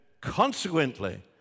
consequently